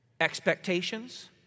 Expectations